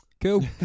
cool